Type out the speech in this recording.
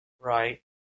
Right